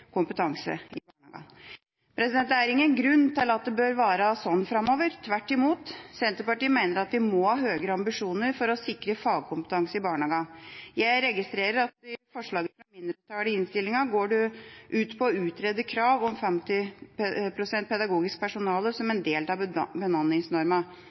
kompetanse. Det er ingen grunn til at det bør være slik framover – tvert imot. Senterpartiet mener at vi må ha høyere ambisjoner for å sikre fagkompetanse i barnehagene. Jeg registrerer at et av forslagene fra mindretallet i innstillinga går ut på å utrede «krav om 50 pst.» pedagogisk personale som del av